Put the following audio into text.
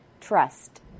trust